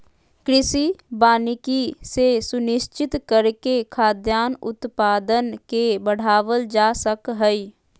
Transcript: कृषि वानिकी के सुनिश्चित करके खाद्यान उत्पादन के बढ़ावल जा सक हई